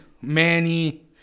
manny